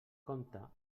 compta